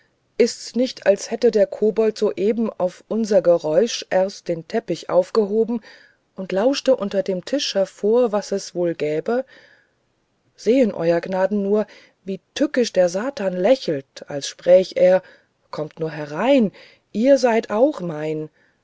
ist's nicht als hätte der kobold soeben auf unser geräusch erst den teppich aufgehoben und lauschte unter dem tische hervor was es wohl gäbe sehen euer gnaden nur wie tückisch der satan lächelt als spräch er kommt nur herein ihr seid auch mein